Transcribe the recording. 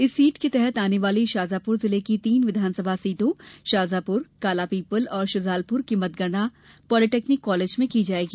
इस सीट के तहत आने वाली शाजापुर जिले की तीन विधानसभा सीटों शाजापुर कालापीपल और शुजालपुर की मतगणना पॉलिटेक्निक कॉलेज में की जाएगी